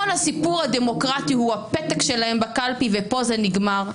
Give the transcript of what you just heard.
הסיפור הדמוקרטי הוא הפתק שלהם בקלפי וכאן זה נגמר,